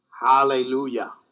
Hallelujah